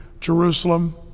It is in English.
Jerusalem